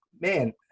man